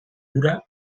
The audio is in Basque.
ura